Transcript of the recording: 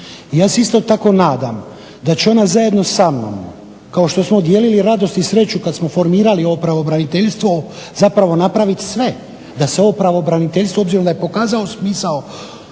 Ja se isto tako nadam da će ona zajedno sa mnom, kao što smo dijelili radost i sreću kad smo formirali ovo pravobraniteljstvo zapravo napravit sve da se ovo pravobraniteljstvo obzirom da je pokazalo smisao